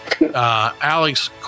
Alex